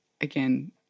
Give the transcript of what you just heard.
again